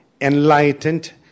enlightened